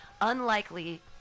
unlikely